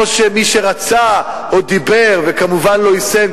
כמו שמי שרצה או דיבר וכמובן לא יישם,